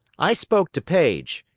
i spoke to paige.